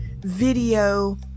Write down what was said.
video